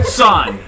son